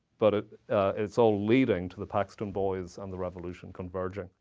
but ah it's all leading to the paxton boys and the revolution converging.